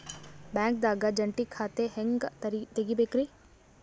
ಬ್ಯಾಂಕ್ದಾಗ ಜಂಟಿ ಖಾತೆ ಹೆಂಗ್ ತಗಿಬೇಕ್ರಿ?